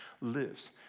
lives